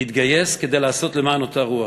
להתגייס כדי לעשות למען אותה רוח.